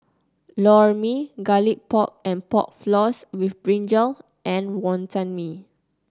Lor Mee Garlic Pork and Pork Floss with brinjal and Wonton Mee